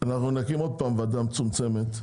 אנחנו נקים עוד פעם ועדה מצומצמת.